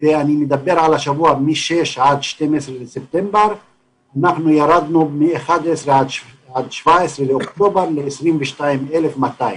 בשבוע מה-6 עד ה-12 בספטמבר וירדנו מ-11 עד 17 באוקטובר ל-22,200.